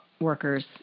workers